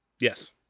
Yes